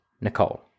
Nicole